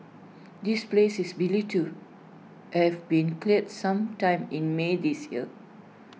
this place is believed to have been cleared some time in may this year